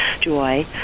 joy